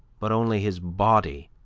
but only his body,